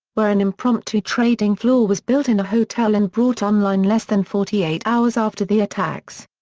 where an impromptu trading floor was built in a hotel and brought online less than forty-eight hours after the attacks.